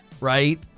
right